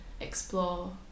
explore